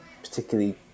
particularly